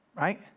Right